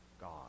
God